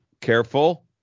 Careful